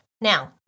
Now